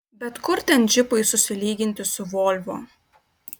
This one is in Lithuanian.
bet kur ten džipui susilyginti su volvo